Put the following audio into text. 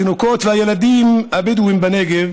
התינוקות והילדים הבדואים בנגב